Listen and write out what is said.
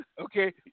Okay